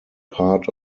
part